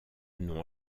nom